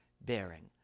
bearing